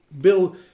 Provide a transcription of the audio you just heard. Bill